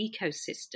ecosystem